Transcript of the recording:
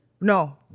No